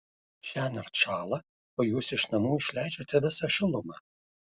šiąnakt šąla o jūs iš namų išleidžiate visą šilumą